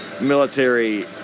military